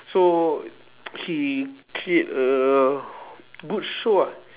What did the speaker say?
so he played a good show ah